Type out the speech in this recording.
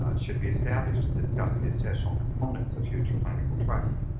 ah should be established to discuss the essential components of future clinical trials.